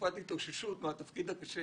תקופת התאוששות מהתפקיד הקשה